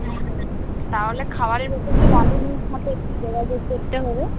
হুম হুম তাহলে খাওয়ারের ব্যাপারটা রাঁধুনির সাথে একটু যোগাযোগ করতে হবে